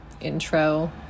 intro